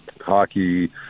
hockey